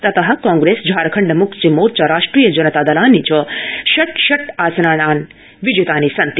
ततः कांग्रेस झारखण्ड मुक्ति मोर्चा राष्ट्रिय जनता दलानि षट् षट् आसनानि विजितानि सन्ति